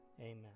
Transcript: Amen